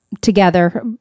together